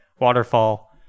Waterfall